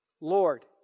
Lord